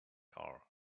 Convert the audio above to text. are